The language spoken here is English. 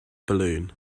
balloon